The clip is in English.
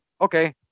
okay